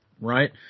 right